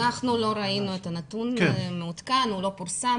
אנחנו לא ראינו את הנתון מעודכן, הוא לא פורסם